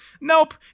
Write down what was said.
Nope